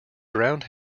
ground